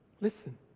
listen